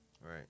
right